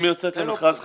אם היא יוצאת למכרז חדש,